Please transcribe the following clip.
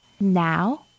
Now